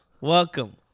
welcome